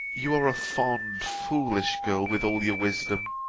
you are a fond foolish girl with all your wisdom.